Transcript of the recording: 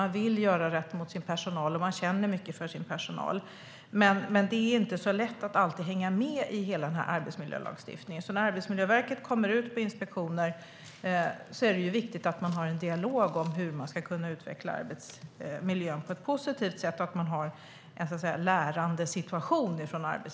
Man vill göra rätt mot sin personal och man känner mycket för den, men det är inte alltid så lätt att hänga med i arbetsmiljölagstiftningen. När Arbetsmiljöverket kommer ut på inspektioner är det viktigt att det förs en dialog om hur man ska kunna utveckla arbetsmiljön på ett positivt sätt. Arbetsmiljöverket ska ha en så att säga lärande situation.